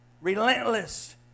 relentless